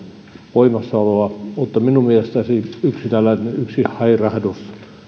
voimassaoloa minun mielestäni tällainen yksi hairahdus